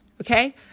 Okay